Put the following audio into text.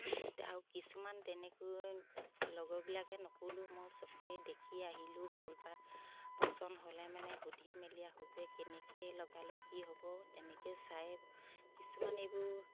আৰু কিছুমান তেনেকৈ লগৰবিলাকে নক'লেও মই চকুৱে দেখি আহিলোঁ ফুলপাহ পচন হ'লে মানে সুধি মেলি আহোঁ যে কেনেকৈ লগালে কি হ'ব তেনেকৈ চাই কিছুমান এইবোৰ